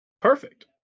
Perfect